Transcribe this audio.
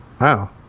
Wow